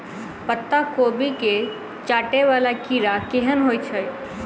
पत्ता कोबी केँ चाटय वला कीड़ा केहन होइ छै?